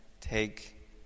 take